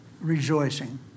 rejoicing